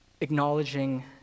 acknowledging